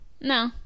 No